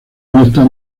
divididos